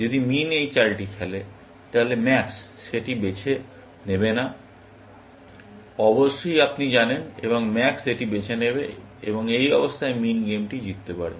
যদি মিন এই চালটি খেলে তাহলে ম্যাক্স সেটি বেছে নেবে না অবশ্যই আপনি জানেন এবং ম্যাক্স এটি বেছে নেবে এবং এই অবস্থায় মিন গেমটি জিততে পারে